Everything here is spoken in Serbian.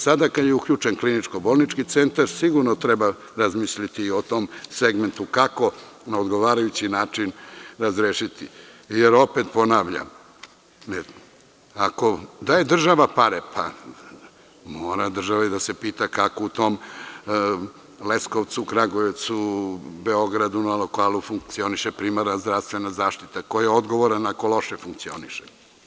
Sada kada je uključen kliničko bolnički centar sigurno treba razmisliti i o tom segmentu kako na odgovarajući način razrešiti, jer opet ponavljam, ako država daje pare, mora država i da se pita kako u tom Leskovcu, Kragujevcu, Beogradu funkcioniše primarna zdravstvena zaštita, ko je odgovoran, a ko loše funkcioniše.